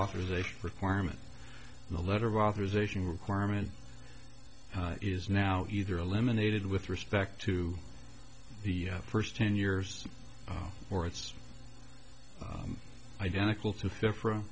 authorization requirement the letter of authorization requirement is now either eliminated with respect to the first ten years or it's identical to fair f